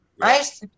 Right